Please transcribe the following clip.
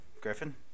Griffin